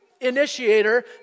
initiator